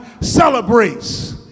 celebrates